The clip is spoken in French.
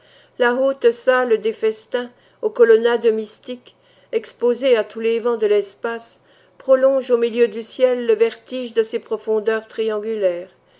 la haute salle des festins aux colonnades mystiques exposée à tous les vents de l'espace prolonge au milieu du ciel le vertige de ses profondeurs triangulaires